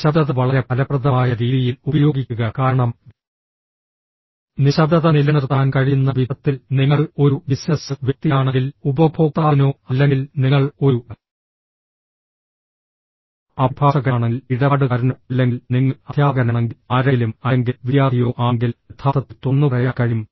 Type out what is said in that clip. നിശബ്ദത വളരെ ഫലപ്രദമായ രീതിയിൽ ഉപയോഗിക്കുക കാരണം നിശബ്ദത നിലനിർത്താൻ കഴിയുന്ന വിധത്തിൽ നിങ്ങൾ ഒരു ബിസിനസ്സ് വ്യക്തിയാണെങ്കിൽ ഉപഭോക്താവിനോ അല്ലെങ്കിൽ നിങ്ങൾ ഒരു അഭിഭാഷകനാണെങ്കിൽ ഇടപാടുകാരനോ അല്ലെങ്കിൽ നിങ്ങൾ അധ്യാപകനാണെങ്കിൽ ആരെങ്കിലും അല്ലെങ്കിൽ വിദ്യാർത്ഥിയോ ആണെങ്കിൽ യഥാർത്ഥത്തിൽ തുറന്നുപറയാൻ കഴിയും